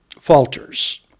falters